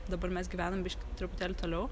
dabar mes gyvenam biškį truputėlį toliau